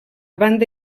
banda